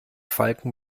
falken